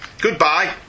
Goodbye